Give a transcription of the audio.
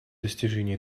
достижения